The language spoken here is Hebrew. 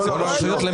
כל הרשויות.